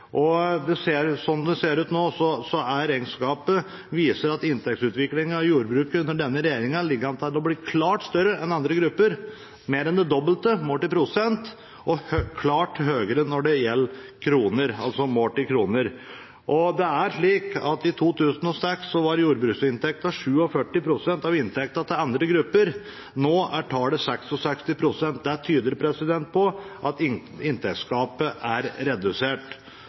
Slik det ser ut nå, viser regnskapet at inntektsutviklingen i jordbruket under denne regjeringen ligger an til å bli klart større enn for andre grupper – mer enn det dobbelte målt i prosent – og klart høyere målt i kroner. I 2006 var jordbruksinntekten 47 pst. av inntekten til andre grupper. Nå er tallet 66 pst. Det tyder på at inntektsgapet er redusert.